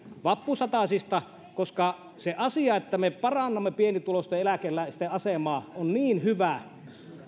vappusatasista koska se asia että me parannamme pienituloisten eläkeläisten asemaa on niin hyvä